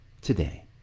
today